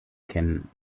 kennen